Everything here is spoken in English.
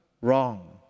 wrong